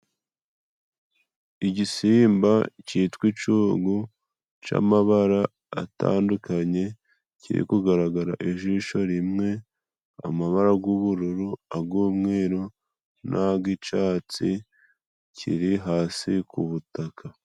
Igisimba citwa icugu c'amabara atandukanye kiri kugaragara ijisho rimwe amabara g'ubururu, ag' umweru n'agicatsi kiri hasi ku butaka.